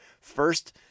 first